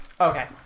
Okay